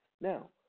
Now